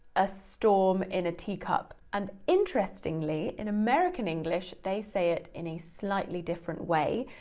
a storm in a teacup. and interestingly, in american english, they say it in a slightly different way,